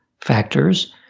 factors